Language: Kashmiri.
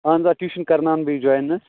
اَہن حظ آ ٹیوٗشَن کَرناوان بیٚیہِ جویِن حظ